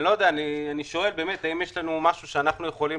אני שואל האם יש משהו שאנחנו יכולים